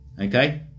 Okay